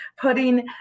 putting